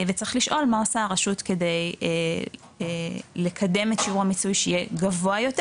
וצריך לשאול מה עושה הרשות כדי לקדם את שיעור המיצוי שיהיה גבוה יותר.